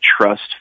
trust